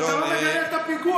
ואתה לא מגנה את הפיגוע,